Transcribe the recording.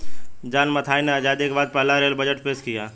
John Mathai ने आजादी के बाद पहला रेल बजट पेश किया